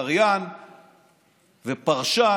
קריין ופרשן.